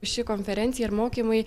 ši konferencija ir mokymai